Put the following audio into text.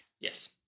Yes